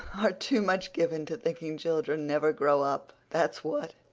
are too much given to thinking children never grow up, that's what.